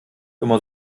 immer